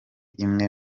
imwe